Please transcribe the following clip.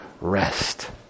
rest